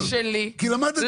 כי למדת באוניברסיטה בירושלים.